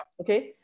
Okay